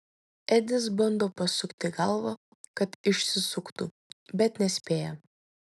edis bando pasukti galvą kad išsisuktų bet nespėja